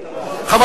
מה?